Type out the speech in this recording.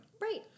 Right